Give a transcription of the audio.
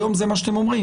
היום זה מה שאתם אומרים.